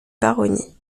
baronnies